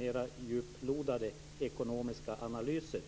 mer djuplodande ekonomiska analyser.